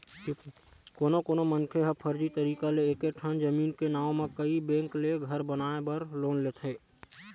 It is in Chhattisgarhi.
कोनो कोनो मनखे ह फरजी तरीका ले एके ठन जमीन के नांव म कइ बेंक ले घर बनाए बर लोन लेथे